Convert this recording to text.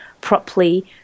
properly